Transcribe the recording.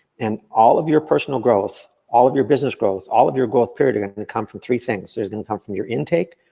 and all of your personal growth, all of your business growth, all of your growth period, are gonna come from three things. there's gonna come from your intake,